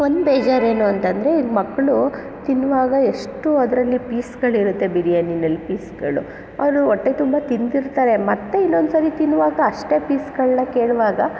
ಒಂದು ಬೇಜಾರು ಏನು ಅಂತಂದರೆ ಮಕ್ಕಳು ತಿನ್ನುವಾಗ ಎಷ್ಟು ಅದರಲ್ಲಿ ಪೀಸ್ಗಳಿರುತ್ತೆ ಬಿರಿಯಾನಿನಲ್ಲಿ ಪೀಸ್ಗಳು ಅವರು ಹೊಟ್ಟೆ ತುಂಬ ತಿಂದಿರ್ತಾರೆ ಮತ್ತು ಇನ್ನೊಂದ್ಸಲ ತಿನ್ನುವಾಗ ಅಷ್ಟೇ ಪೀಸ್ಗಳನ್ನ ಕೇಳುವಾಗ